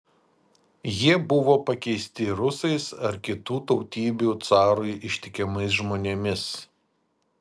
jie buvo pakeisti rusais ar kitų tautybių carui ištikimais žmonėmis